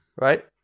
right